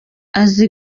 azi